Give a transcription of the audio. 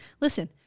Listen